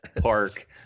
park